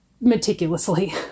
meticulously